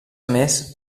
més